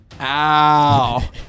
Ow